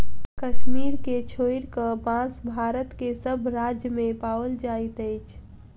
कश्मीर के छोइड़ क, बांस भारत के सभ राज्य मे पाओल जाइत अछि